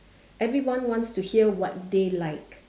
everyone wants to hear what they like